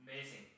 amazing